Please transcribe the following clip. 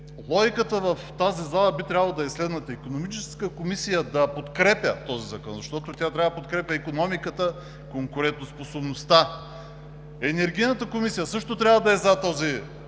логиката в тази зала би трябвало да е следната: Икономическата комисия да подкрепя този закон, защото тя трябва да подкрепя икономиката, конкурентоспособността; Енергийната комисия също трябва да е „за“ този закон,